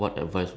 ya